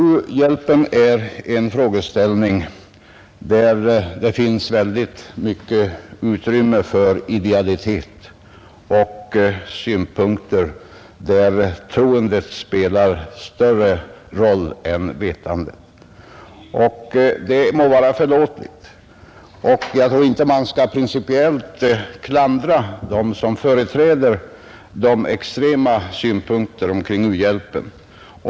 U-hjälpen är en fråga där det finns mycket utrymme för idealitet och synpunkter, där troendet spelar större roll än vetandet. Det må vara förlåtligt. Jag tror inte att man principiellt skall klandra dem som företräder de extrema synpunkterna kring u-hjälpen.